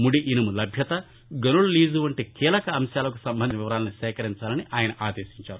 ముడి ఇనుము లభ్యత గనుల లీజు వంటి కీలక అంశాలకు సంబంధించిన వివరాలను సేకరించాలని ఆయన ఆదేశించారు